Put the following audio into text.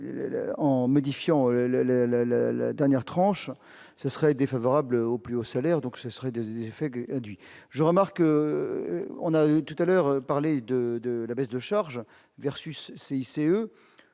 en modifiant le le la dernière tranche : ce serait défavorable aux plus hauts salaires, donc ce serait des effets induits je remarque, on a tout à l'heure parler de de la baisse de charges versus CICE